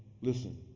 listen